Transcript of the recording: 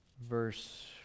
verse